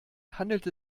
handelt